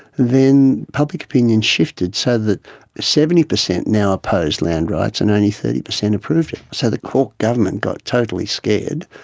then public opinion shifted so that seventy percent now opposed land rights and only thirty percent approved it. so the court government got totally scared,